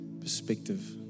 perspective